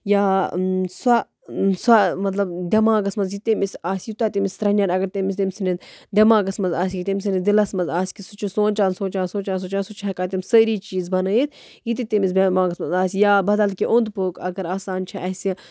یا سۄ سۄ مطلب دٮ۪ماغَس منٛز یہِ تٔمِس آسہِ یوٗتاہ تٔمِس سرٛنیٚر اَگر تٔمِس تٔمۍ سنٛدِس دٮ۪ماغَس منٛز آسہِ یہِ تٔمۍ سنٛدِس دِلَس منٛز آسہِ کہِ سُہ چھُ سونٛچان سونٛچان سونٛچان سونٛچان سُہ چھُ ہیٚکان تِم سٲری چیٖز بَنٲیِتھ یہِ تہِ تٔمِس دٮ۪ماغَس منٛز آسہِ یا بدل کیٚنٛہہ اوٚنٛد پوٚک اَگر آسان چھُ اَسہِ